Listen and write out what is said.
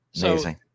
Amazing